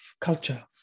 culture